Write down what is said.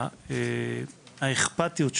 האכפתיות שלך,